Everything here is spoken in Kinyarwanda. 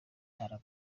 ndara